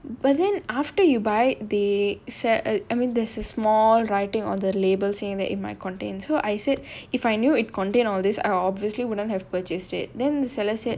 but then after you buy they se~ uh I mean there's a small writing on the label saying that it might contain so I said if I knew it contain all these I obviously wouldn't have purchased it then the seller said